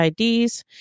IDs